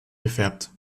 gefärbt